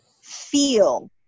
feel